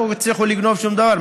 לא הצליחו לגנוב שום דבר,